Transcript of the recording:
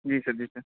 جی sir جی سر